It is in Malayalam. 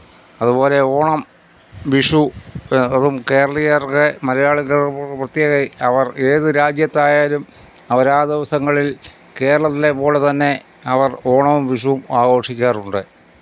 അതുപോലെ ഓണം വിഷു അതും കേരളീയര്ക്ക് മലയാളത്തില് പ്രത്യേക അവര് ഏതു രാജ്യത്തായാലും അവരാ ദിവസങ്ങളില് കേരളത്തിലെ പോലെതന്നെ അവര് ഓണവും വിഷുവും ആഘോഷിക്കാറുണ്ട്